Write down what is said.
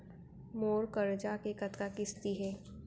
मोर करजा के कतका किस्ती हे?